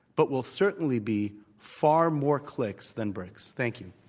but will certainly be far more clicks than bricks. thank you.